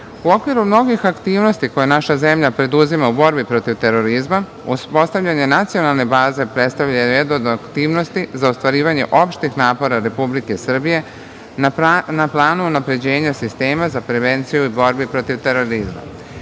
okviru mnogih aktivnosti koje naša zemlja preduzima u borbi protiv terorizma, uspostavljanje nacionalne baze, predstavlja jednu od aktivnosti za ostvarivanje opštih napora Republike Srbije na planu unapređenja sistema za prevenciju u borbi protiv terorizma. Na